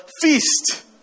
feast